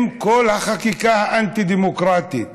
עם כל החקיקה האנטי-דמוקרטית,